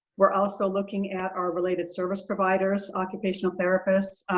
we're also looking at our related service providers, occupational therapists,